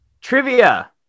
Trivia